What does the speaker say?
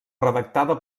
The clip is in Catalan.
redactada